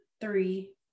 three